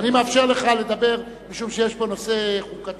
אני מאפשר לך לדבר, משום שיש פה נושא חוקתי,